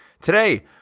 today